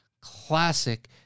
classic